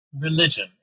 religion